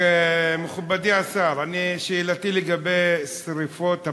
מכובדי השר, שאלתי לגבי שרפות הפסולת.